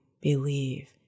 believe